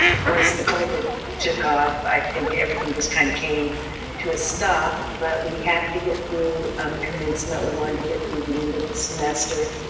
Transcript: once the covid took off, i think everything just kind of came to a stop. but we had to get through um commencement, we wanted to get through the end of this semester.